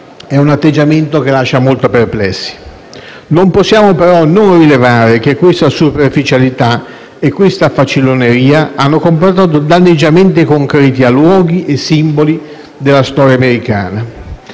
è un atteggiamento che lascia molto perplessi. Non possiamo però non rilevare che questa superficialità e questa faciloneria hanno comportato danneggiamenti concreti a luoghi e simboli della storia americana.